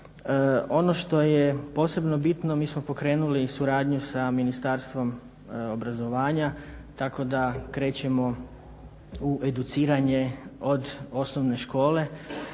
Ono što je posebno bitno, mi smo pokrenuli suradnju sa Ministarstvom obrazovanja tako da krećemo u educiranje od osnovne škole